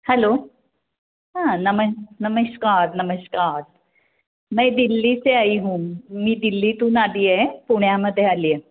hello हां नम नमश्कार नमश्कार मैं दिल्ली से आई हू मी दिल्लीतून आले आहे पुण्यामध्ये आले आहे